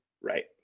Right